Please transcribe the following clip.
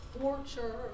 torture